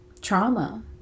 trauma